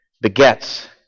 begets